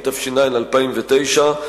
התש"ע 2009,